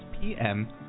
PM